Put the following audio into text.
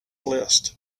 list